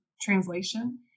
translation